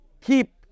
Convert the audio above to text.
keep